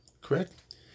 correct